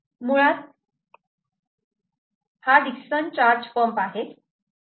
मुळात हा Dixon charge pump आहे